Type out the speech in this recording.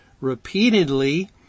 repeatedly